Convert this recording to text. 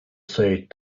said